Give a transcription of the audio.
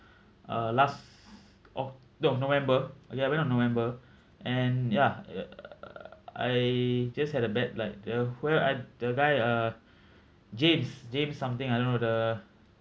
uh last oct~ no november eleven of november and ya I just had a bad like the where are the guy uh james james something I don't know the